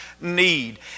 need